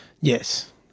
yes